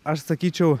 aš sakyčiau